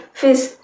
fish